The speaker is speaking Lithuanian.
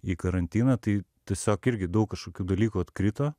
į karantiną tai tiesiog irgi daug kažkokių dalykų atkrito